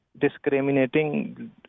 discriminating